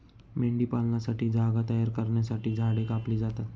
मेंढीपालनासाठी जागा तयार करण्यासाठी झाडे कापली जातात